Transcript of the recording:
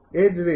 એ જ રીતે